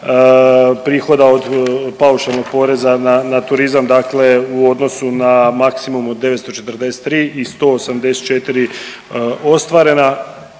prihod od paušalnog poreza na, na turizam, dakle u odnosu na maksimum od 943 i 184 ostvarena,